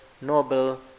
noble